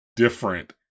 Different